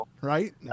right